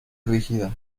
rígida